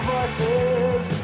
Voices